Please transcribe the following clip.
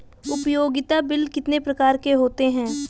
उपयोगिता बिल कितने प्रकार के होते हैं?